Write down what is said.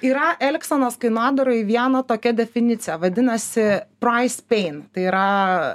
yra elgsenos kainodaroj viena tokia definicija vadinasi prais pein tai yra